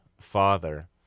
father